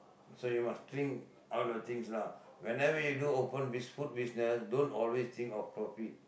so you must think out of things lah whenever you do open food business don't always think of profit